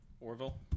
orville